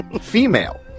female